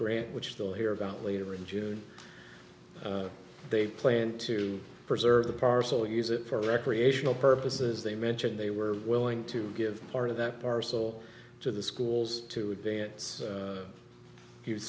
grant which still hear about later in june they plan to preserve the parcel use it for recreational purposes they mentioned they were willing to give part of that parcel to the schools to advance